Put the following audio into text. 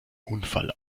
unfall